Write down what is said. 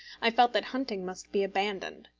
i felt that hunting must be abandoned.